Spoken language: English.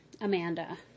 Amanda